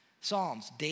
Psalms